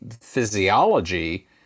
physiology